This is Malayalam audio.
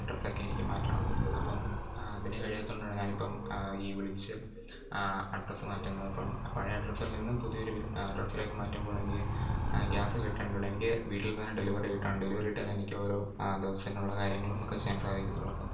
അഡ്രസ്സെക്കെ എനിക്ക് മാറ്റണം അപ്പം അതിന് കഴിയാത്തത് കൊണ്ടാണ് ഞാൻ ഇപ്പം ഈ വിളിച്ചു അഡ്രസ്സ് മാറ്റുന്നത് അപ്പം പഴയ അഡ്രസ്സിൽ നിന്നും പുതിയ ഒരു വില അഡ്രസ്സിലേക്ക് മാറ്റുമ്പോൾ എനിക്ക് ഗ്യാസ് കിട്ടേണ്ടതുണ്ട് എനിക്ക് വീട്ടിൽ തന്നെ ഡെലിവറി കിട്ടണം ഡെലിവറി കിട്ടിയാലെ എനിക്ക് ഓരോ ദിവസത്തിനുള്ള കാര്യങ്ങൾ നമുക്ക് ചെയ്യാൻ സാധിക്കത്തുള്ളു അപ്പം